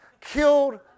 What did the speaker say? killed